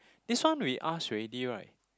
this one we ask already right